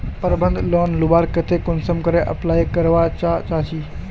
प्रबंधन लोन लुबार केते कुंसम करे अप्लाई करवा चाँ चची?